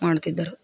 ಮಾಡುತ್ತಿದ್ದರು